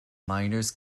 miners